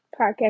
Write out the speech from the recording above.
podcast